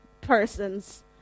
persons